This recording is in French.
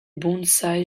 bonsaï